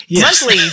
Monthly